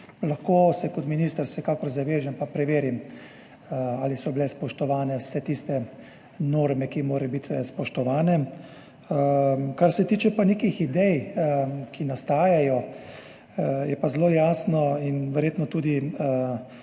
se vsekakor lahko zavežem pa preverim, ali so bile spoštovane vse tiste norme, ki morajo biti spoštovane. Kar se tiče nekih idej, ki nastajajo, je pa zelo jasno in verjetno tudi